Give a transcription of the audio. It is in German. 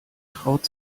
traut